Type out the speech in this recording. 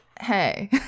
hey